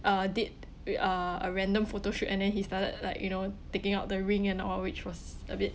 uh did we uh a random photo shoot and then he started like you know taking out the ring and all which was a bit